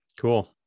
cool